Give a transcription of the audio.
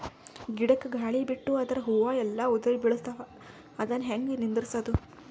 ಗಿಡಕ, ಗಾಳಿ ಬಿಟ್ಟು ಅದರ ಹೂವ ಎಲ್ಲಾ ಉದುರಿಬೀಳತಾವ, ಅದನ್ ಹೆಂಗ ನಿಂದರಸದು?